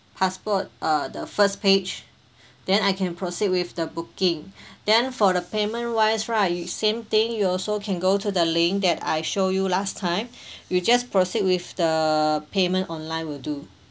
passport uh the first page then I can proceed with the booking then for the payment wise right you same thing you also can go to the link that I show you last time you just proceed with the payment online will do